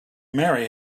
marry